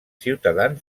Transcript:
ciutadans